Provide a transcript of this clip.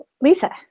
Lisa